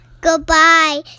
Goodbye